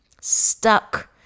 stuck